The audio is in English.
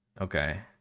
Okay